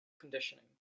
conditioning